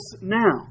now